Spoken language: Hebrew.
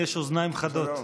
לאדוני יש אוזניים חדות.